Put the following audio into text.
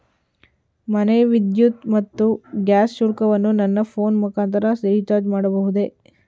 ಮನೆಯ ವಿದ್ಯುತ್ ಮತ್ತು ಗ್ಯಾಸ್ ಶುಲ್ಕವನ್ನು ನನ್ನ ಫೋನ್ ಮುಖಾಂತರ ರಿಚಾರ್ಜ್ ಮಾಡಬಹುದೇ?